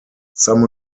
some